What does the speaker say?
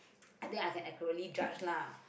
I think I can accurately judge lah